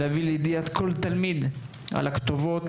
להביא לידיעת כל תלמיד את הכתובות,